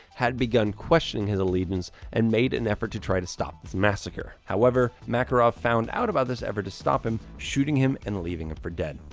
had begun questioning his allegiance and made an effort to try to stop this massacre. however, makarov found out about this effort to stop him, shooting him and leaving him for dead.